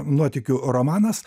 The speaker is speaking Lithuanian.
nuotykių romanas